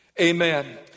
Amen